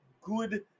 good